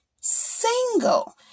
single